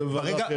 זה דבר אחר.